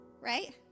right